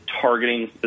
targeting